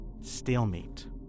Stalemate